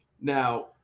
now